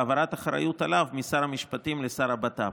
והעברת האחריות עליו משר המשפטים לשר הבט"פ.